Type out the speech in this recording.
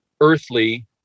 earthly